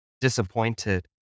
disappointed